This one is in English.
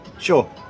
Sure